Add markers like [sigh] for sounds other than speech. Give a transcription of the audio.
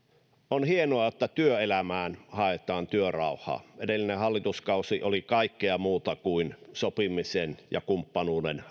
on hienoa että työelämään haetaan työrauhaa edellinen hallituskausi oli kaikkea muuta kuin sopimisen ja kumppanuuden [unintelligible]